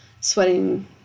sweating